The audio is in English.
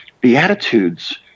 Beatitudes